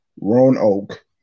Roanoke